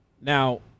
Now